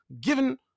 given